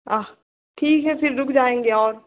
ठीक है फिर रुक जाएँगे और